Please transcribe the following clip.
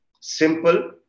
simple